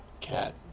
Cat